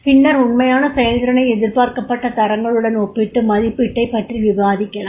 பின்னர் உண்மையான செயல்திறனை எதிர்பார்க்கப்பட்ட தரங்களுடன் ஒப்பிட்டு மதிப்பீட்டைப் பற்றி விவாதிக்கலாம்